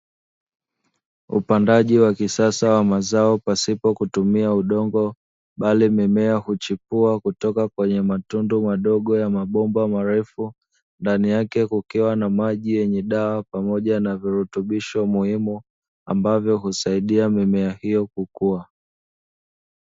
Upandaji wa kisasa wa mazao pasipo kutumia udongo, bali mimea huchipua kutoka kwenye matundu madogo ya mabomba marefu, ndani yake kukiwa na maji yenye dawa pamoja na virutubisho muhimu, ambavyo husaidia mimea hiyo kukua.